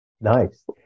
nice